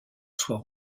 soit